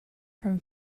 from